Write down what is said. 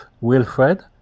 Wilfred